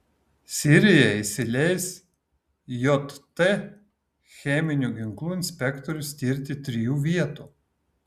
sirija įsileis jt cheminių ginklų inspektorius tirti trijų vietų